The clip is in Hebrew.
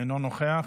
אינו נוכח.